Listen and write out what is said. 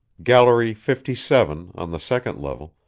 gallery fifty seven, on the second level,